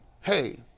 hey